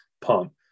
pump